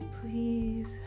please